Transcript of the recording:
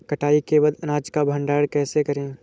कटाई के बाद अनाज का भंडारण कैसे करें?